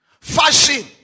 Fashion